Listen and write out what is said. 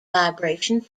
vibration